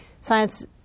science